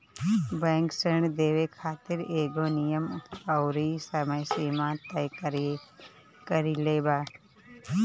bank ऋण देवे खातिर एगो नियम अउरी समय सीमा तय कईले बा